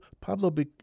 Pablo